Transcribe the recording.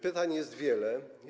Pytań jest wiele.